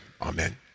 amen